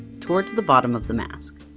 towards the bottom of the mask.